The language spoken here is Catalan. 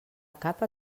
capa